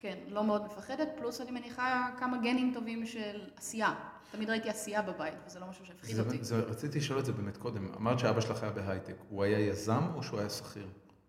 כן, לא מאוד מפחדת, פלוס אני מניחה כמה גנים טובים של עשייה. תמיד ראיתי עשייה בבית, וזה לא משהו שהפחיד אותי. רציתי לשאול את זה באמת קודם, אמרת שאבא שלך היה בהייטק, הוא היה יזם או שהוא היה שכיר?